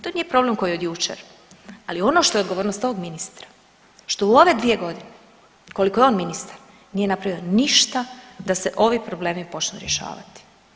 To nije problem koji je od jučer, ali ono što je odgovornost ovog ministra što u ove 2.g. koliko je on ministar nije napravio ništa da se ovi problemi počnu rješavati.